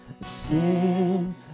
Sin